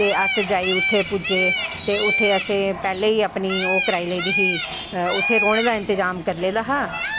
ते अस जाई उत्थें पुज्जे ते उत्थें असैं पैह्लें गै अपनी कराई लेदी ही उत्थें रौह्नें दा इंतज़ाम करी ले दा हा